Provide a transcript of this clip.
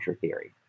theory